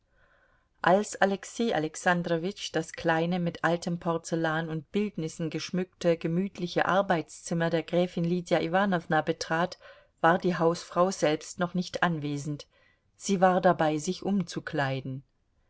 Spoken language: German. als alexei alexandrowitsch das kleine mit altem porzellan und bildnissen geschmückte gemütliche arbeitszimmer der gräfin lydia iwanowna betrat war die hausfrau selbst noch nicht anwesend sie war dabei sich umzukleiden